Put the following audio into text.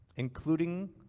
including